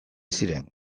ziren